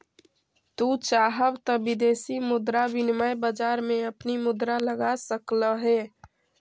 तू चाहव त विदेशी मुद्रा विनिमय बाजार में अपनी मुद्रा लगा सकलअ हे